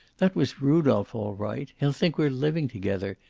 that was rudolph, all right. he'll think we're living together.